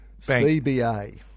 CBA